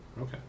Okay